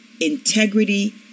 integrity